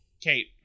kate